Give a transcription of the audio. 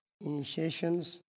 initiations